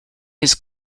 his